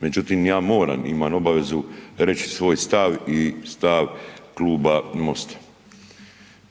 Međutim, ja moram i imam obavezu reći svoj stav i stav Kluba MOST-a.